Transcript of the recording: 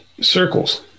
circles